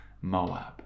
Moab